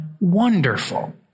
wonderful